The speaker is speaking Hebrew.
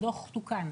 הדוח תוקן.